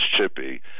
chippy